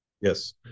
Yes